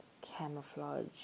camouflage